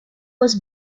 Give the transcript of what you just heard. was